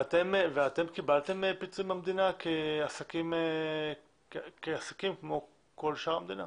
אתם קיבלתם פיצוי מהמדינה כעסקים כמו כל שאר המדינה?